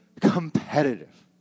competitive